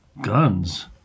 guns